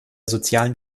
sozialen